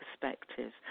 perspectives